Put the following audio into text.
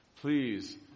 Please